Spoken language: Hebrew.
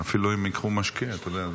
אפילו אם ייקחו משקה, אתה יודע,.